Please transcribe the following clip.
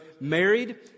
married